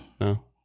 No